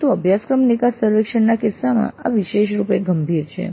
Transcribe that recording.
પરંતુ અભ્યાસક્રમ નિકાસ સર્વેક્ષણના કિસ્સામાં આ વિશેષરૂપે ગંભીર છે